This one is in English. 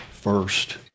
first